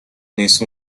نیست